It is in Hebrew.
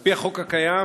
על-פי החוק הקיים,